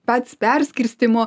pats perskirstymo